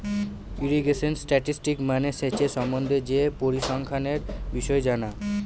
irrigation statistics মানে সেচের সম্বন্ধে যে পরিসংখ্যানের বিষয় জানা